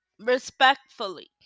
respectfully